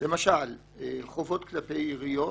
למשל: חובות כלפי עיריות,